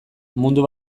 mundu